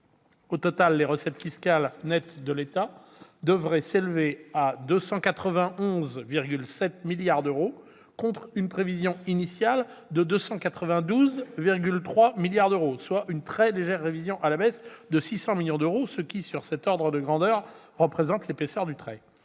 Au total, les recettes fiscales nettes de l'État devraient s'élever à 291,7 milliards d'euros, contre une prévision initiale de 292,3 milliards d'euros, soit une très légère révision à la baisse de 600 millions d'euros, ce qui, sur ces ordres de grandeur, représente l'épaisseur du trait.